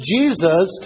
Jesus